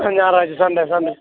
ഞായറാഴ്ച്ച Sunday Sunday